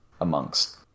amongst